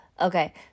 Okay